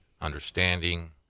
understanding